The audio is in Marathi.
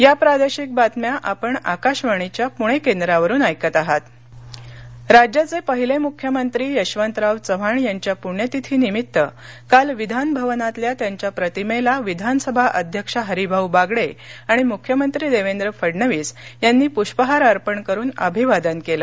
यशवंतराव चव्हाण राज्याचे पहिले मुख्यमंत्री यशवंतराव चव्हाण यांच्या पूण्यतिथीनिमित्त काल विधान भवनातल्या त्यांच्या प्रतिमेला विधानसभा अध्यक्ष हरिभाऊ बागडे आणि मुख्यमंत्री देवेंद्र फडणवीस यांनी पृष्पहार अर्पण करून अभिवादन केलं